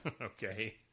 okay